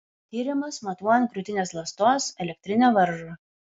tyrimas matuojant krūtinės ląstos elektrinę varžą